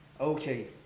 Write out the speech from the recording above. okay